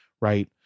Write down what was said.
right